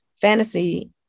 fantasy